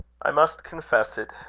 i must confess it,